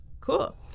Cool